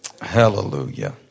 hallelujah